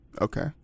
Okay